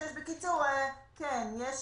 בקיצור, כן יש שיפור.